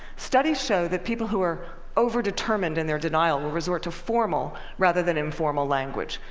studies show that people who are overdetermined in their denial will resort to formal rather than informal language.